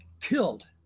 killed